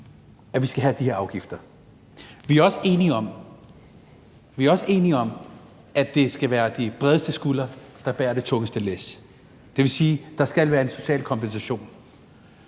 at vi skal have de her afgifter. Vi er også enige om, at det skal være de bredeste skuldre, der bærer det tungeste læs. Det vil sige, at der skal være en social kompensation.